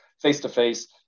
face-to-face